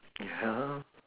ya